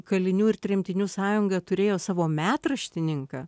kalinių ir tremtinių sąjunga turėjo savo metraštininką